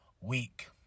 week